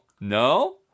No